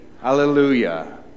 Hallelujah